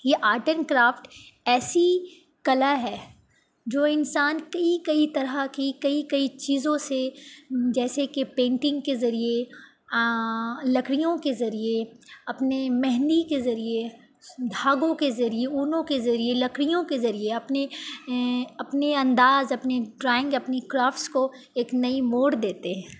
یہ art and craft ایسی کلا ہے جو انسان کئی کئی طرح کی کئی کئی چیزوں سے جیسے کہ پینٹنگ کے ذریعے لکڑیوں کے ذریعے اپنے مہندی کے ذریعے دھاگوں کے ذریعے اونوں کے ذریعے لکڑیوں کے ذریعے اپنے اپنے انداز اپنے ڈرائنگ اپنی کرافٹس کو ایک نئی موڑ دیتے ہیں